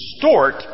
distort